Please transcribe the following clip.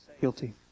Guilty